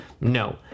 No